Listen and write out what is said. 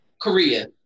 Korea